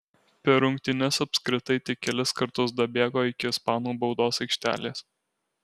per rungtynes apskritai tik kelis kartus dabėgo iki ispanų baudos aikštelės